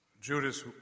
Judas